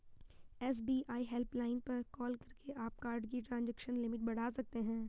SBI helpline पर call करके आप कार्ड की ट्रांजैक्शन लिमिट बढ़ा सकते हैं